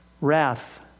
wrath